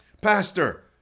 Pastor